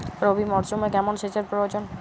রবি মরশুমে কেমন সেচের প্রয়োজন?